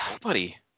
Buddy